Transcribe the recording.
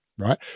Right